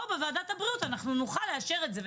פה בוועדת הבריאות נוכל לאשר את זה.